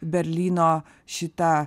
berlyno šitą